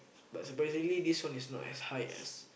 but surprisingly this one is not as high as